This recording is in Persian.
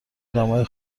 آدمای